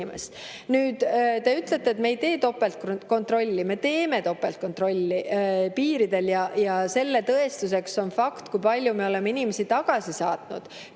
Nüüd, te ütlete, et me ei tee topeltkontrolli. Me teeme topeltkontrolli piiridel. Selle tõestuseks on fakt, kui palju me oleme inimesi tagasi saatnud